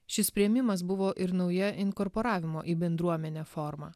šis priėmimas buvo ir nauja inkorporavimo į bendruomenę forma